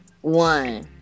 One